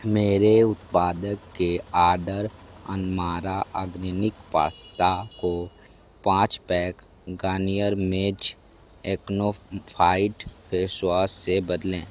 मेरे उत्पादक के आर्डर अनमारा आग्निक पास्ता को पाँच pack Garnier men acno fight face wash से बदलें